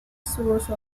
source